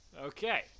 Okay